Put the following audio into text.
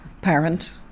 parent